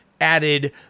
added